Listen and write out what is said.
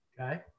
Okay